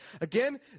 Again